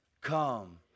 come